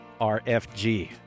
rfg